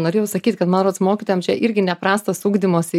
norėjau sakyt kad man rodos mokytojam čia irgi neprastas ugdymosi